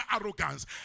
arrogance